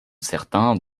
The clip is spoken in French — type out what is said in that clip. certains